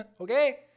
Okay